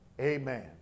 Amen